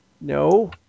No